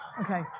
Okay